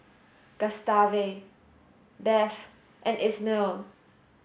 Gustave Beth and Ismael